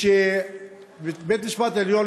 בית-המשפט העליון